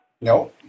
No